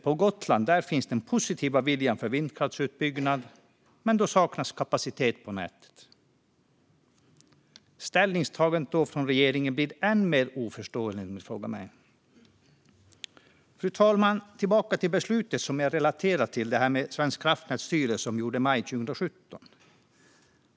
På Gotland finns en positiv vilja när det gäller vindkraftsutbyggnad, men det saknas kapacitet i nätet. Ställningstagandet från regeringen blir då än mer oförståeligt, om ni frågar mig. Fru talman! Jag kommer tillbaka till beslutet som jag relaterade till, det som Svenska kraftnäts styrelse tog i maj 2017.